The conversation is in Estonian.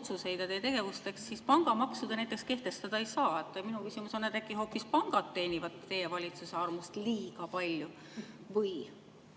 otsuseid ja teie tegevust, eks, siis pangamaksu te näiteks kehtestada ei saa. Minu küsimus on, et äkki hoopis pangad teenivad teie valitsuse armust liiga palju. Või?